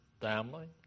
family